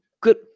good